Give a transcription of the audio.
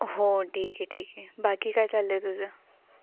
हो ठीक आहे ठीक आहे बाकी काय चाललं आहे तुझं